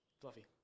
Fluffy